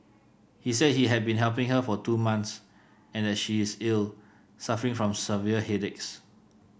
he said he had been helping her for two months and that she is ill suffering from severe headaches